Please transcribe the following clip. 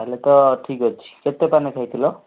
ତାହେଲେ ତ ଠିକ ଅଛି କେତେ ପାନେ ଖାଇଥିଲ